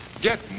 Get